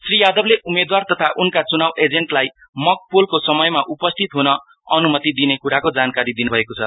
श्री यादवले उम्मेदव र तथा उनका चुनाउ एजेन्टलाई मक पोलको समयमा उपस्थिति हन अनुमति दिने कुराको जानकारी दिनु भएको छ